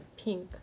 pink